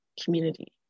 community